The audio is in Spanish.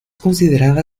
considerada